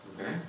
Okay